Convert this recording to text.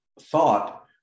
thought